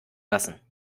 lassen